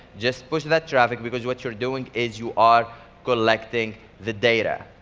just push that traffic because what you're doing is you are collecting the data.